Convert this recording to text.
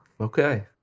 Okay